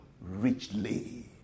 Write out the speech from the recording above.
Richly